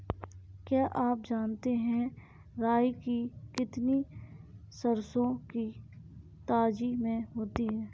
क्या आप जानते है राई की गिनती सरसों की जाति में होती है?